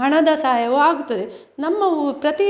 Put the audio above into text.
ಹಣದ ಸಹಾಯವು ಆಗುತ್ತದೆ ನಮ್ಮ ಹೂ ಪ್ರತಿ